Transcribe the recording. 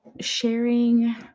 sharing